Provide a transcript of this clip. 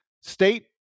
State